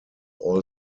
all